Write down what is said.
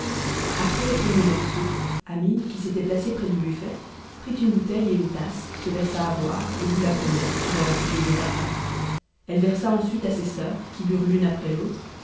après les premiers morceaux amine qui s'était placée près du buffet prit une bouteille et une tasse se versa à boire et but la première suivant la coutume des arabes elle versa ensuite à ses soeurs qui burent l'une après l'autre